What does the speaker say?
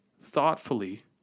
thoughtfully